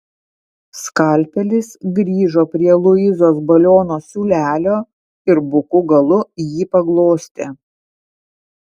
skalpelis grįžo prie luizos baliono siūlelio ir buku galu jį paglostė